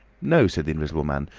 no, said the invisible man.